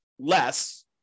less